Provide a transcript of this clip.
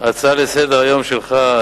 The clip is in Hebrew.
ההצעה לסדר-היום שלך,